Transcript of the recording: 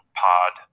pod